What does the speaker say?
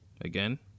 Again